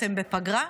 אתם בפגרה?